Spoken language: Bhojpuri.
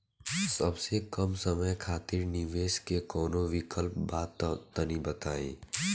सबसे कम समय खातिर निवेश के कौनो विकल्प बा त तनि बताई?